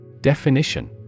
Definition